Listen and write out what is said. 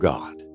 God